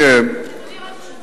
אדוני ראש הממשלה,